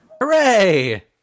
Hooray